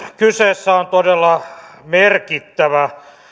kyseessä on todella merkittävä